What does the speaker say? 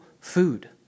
food